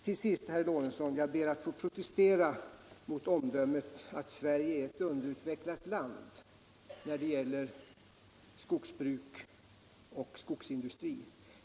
Till sist ber jag, herr Lorentzon, att få protestera mot omdömet att Sverige är ett underutvecklat land när det gäller skogsbruk och skogsindustri.